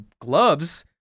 gloves